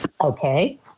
okay